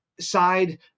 side